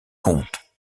comptes